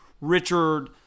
Richard